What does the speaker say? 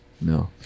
No